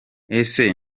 ese